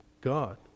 God